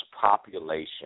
population